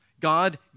God